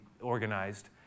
organized